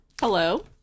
Hello